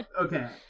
Okay